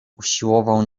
usiłował